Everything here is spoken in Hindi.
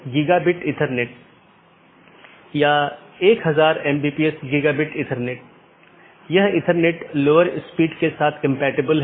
यह केवल उन्हीं नेटवर्कों के विज्ञापन द्वारा पूरा किया जाता है जो उस AS में या तो टर्मिनेट होते हैं या उत्पन्न होता हो यह उस विशेष के भीतर ही सीमित है